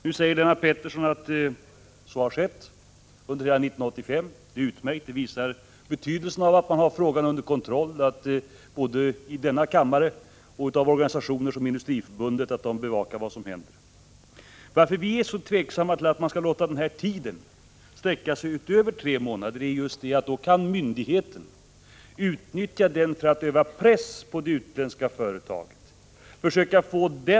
Nu säger Lennart Pettersson att så har skett under hela 1985. Utmärkt, det visar betydelsen av att man har frågan under kontroll, att både denna kammare och organisationer som Industriförbundet bevakar vad som händer. Att vi är så tveksamma till att låta tiden sträcka sig utöver tre månader beror just på att myndigheten då kan utnyttja den tiden för att utöva press på det utländska företaget.